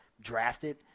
drafted